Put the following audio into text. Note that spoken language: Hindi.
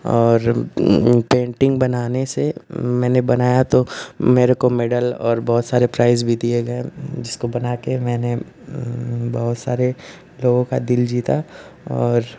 और पेन्टिन्ग बनाने से मैंने बनाई तो मुझको मेडल और बहुत सारे प्राइज़ भी दिए गए जिसको बनाकर मैंने बहुत सारे लोगों का दिल जीता और